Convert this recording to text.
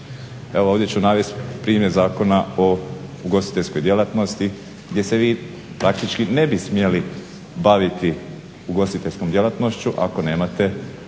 ovdje ću navesti primjer Zakona o ugostiteljskoj djelatnosti gdje se vi praktički ne bi smjeli baviti ugostiteljskom djelatnošću ako nemate legalnu